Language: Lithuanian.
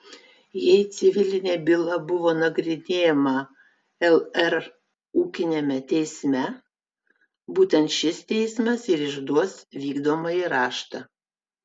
jei civilinė byla buvo nagrinėjama lr ūkiniame teisme būtent šis teismas ir išduos vykdomąjį raštą